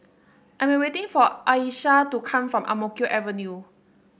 I'm awaiting for Ayesha to come from Ang Mo Kio Avenue